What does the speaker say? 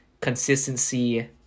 consistency